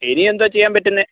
ഇനിയെന്താണ് ചെയ്യാൻ പറ്റുന്നത്